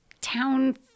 town